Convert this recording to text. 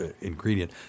ingredient